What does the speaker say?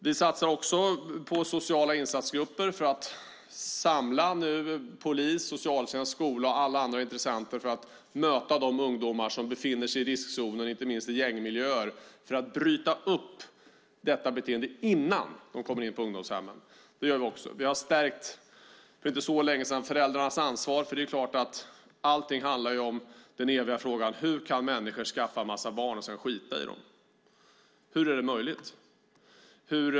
Vi satsar på sociala insatsgrupper för att nu samla polis, socialtjänst, skola och alla andra intressenter för att möta de ungdomar som befinner sig i riskzonen, inte minst i gängmiljöer, för att bryta upp detta beteende innan de kommer in på ungdomshemmen. Vi har för inte så länge sedan stärkt föräldrarnas ansvar. Allting handlar ju om den eviga frågan: Hur kan människor skaffa en massa barn och sedan skita i dem? Hur är det möjligt?